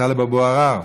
טלב אבו עראר,